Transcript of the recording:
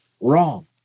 wrong